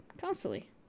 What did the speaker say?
Constantly